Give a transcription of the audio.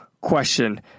question